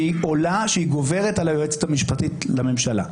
שהיא עולה, שהיא גוברת על היועצת המשפטית לממשלה.